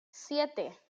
siete